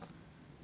next week